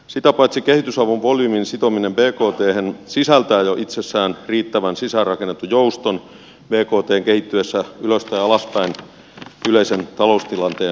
sitä paitsi kehitysavun volyymin sitominen bkthen sisältää jo itsessään riittävän sisäänrakennetun jouston bktn kehittyessä ylös tai alaspäin yleisen taloustilanteen vaihdellessa